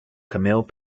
camille